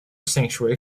sanctuary